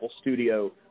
studio